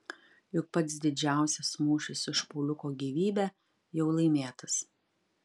juk pats didžiausias mūšis už pauliuko gyvybę jau laimėtas